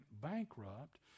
bankrupt